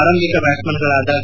ಆರಂಭಿಕ ಬ್ವಾಟ್ಸ್ಮನ್ಗಳಾದ ಕೆ